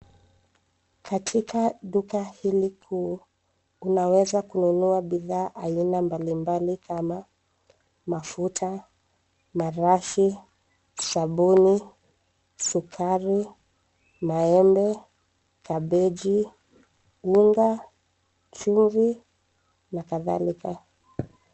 Katika duka hili kuu unaweza kununua bidhaa aina mbalimbali kama mafuta, marashi, sabuni, sukari, maembe, kabeji, unga, chumvi na kadhalika.